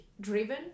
driven